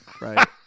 Right